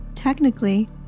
Technically